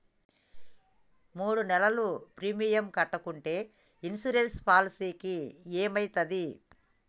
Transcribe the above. మూడు నెలలు ప్రీమియం కట్టకుంటే ఇన్సూరెన్స్ పాలసీకి ఏమైతది?